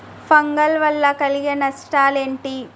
Fungal వల్ల కలిగే నష్టలేంటి?